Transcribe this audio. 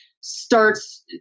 starts